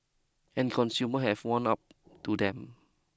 and consumer have warmed up to them